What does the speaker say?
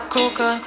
Coca